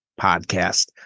podcast